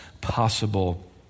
possible